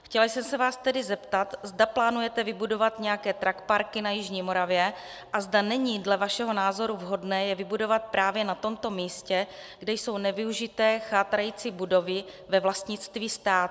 Chtěla jsem se vás tedy zeptat, zda plánujete vybudovat nějaké truckparky na jižní Moravě a zda není dle vašeho názoru vhodné je vybudovat právě na tomto místě, kde jsou nevyužité chátrající budovy ve vlastnictví státu.